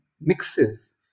mixes